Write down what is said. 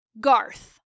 Garth